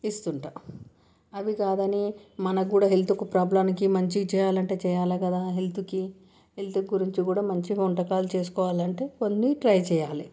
ఇస్తు ఉంటాను అవి కాదని మనకు కూడా హెల్త్కు ప్రాబ్లంకి మంచిగా చేయాలాంటే చేయాలి కదా హెల్త్కి హెల్త్ గురించి కూడ మంచిగా వంటకాలు చేసుకోవాలాంటే కొన్ని ట్రై చేయాలి